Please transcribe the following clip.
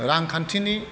रांखान्थिनि